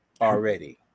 already